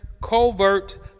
covert